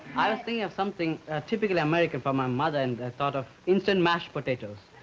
i was thinking of something typically american for my mother, and i thought of instant mashed potatoes